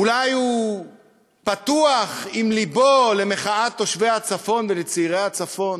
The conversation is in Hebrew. אול הוא פתוח עם לבו למחאת תושבי הצפון ולצעירי הצפון.